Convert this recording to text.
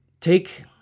Take